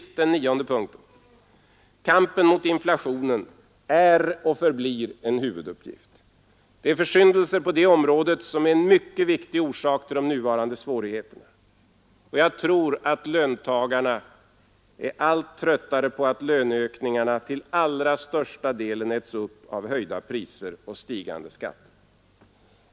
Till sist: Kampen mot inflationen är och förblir en huvuduppgift. Det är försyndelser på detta område som utgör en mycket viktig orsak till de nuvarande svårigheterna. Jag tror att löntagarna blir allt tröttare på att löneökningarna till allra största delen äts upp av höjda priser och stigande skatter.